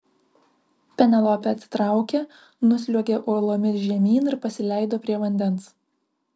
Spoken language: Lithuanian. penelopė atsitraukė nusliuogė uolomis žemyn ir pasileido prie vandens